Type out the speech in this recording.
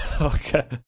Okay